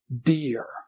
dear